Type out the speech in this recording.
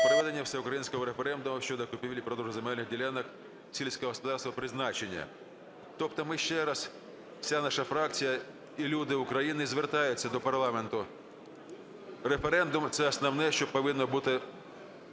проведення Всеукраїнського референдуму щодо купівлі-продажу земельних ділянок сільськогосподарського призначення…" Тобто ми ще раз, вся наша фракція і люди України, звертаються до парламенту: референдум – це основне, що повинно бути